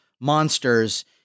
monsters